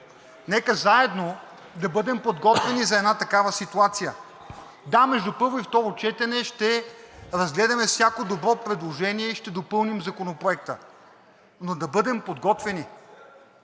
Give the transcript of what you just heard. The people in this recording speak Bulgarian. нека заедно да бъдем подготвени за една такава ситуация. Да, между първо и второ четене ще разгледаме всяко добро предложение и ще допълним Законопроекта, но да бъдем подготвени,